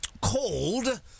called